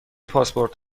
پاسپورت